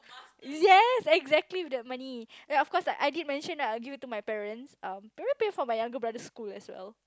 yes exactly with that money and of course I did mention that I'll give it to my parents um probably pay for my younger brother's school as well